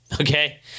Okay